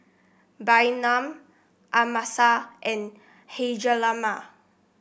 Bynum Amasa and Hjalmer